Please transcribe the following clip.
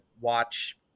watch